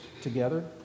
together